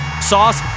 sauce